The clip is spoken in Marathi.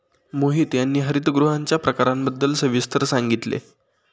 मोहित यांनी हरितगृहांच्या प्रकारांबद्दल सविस्तर सांगितले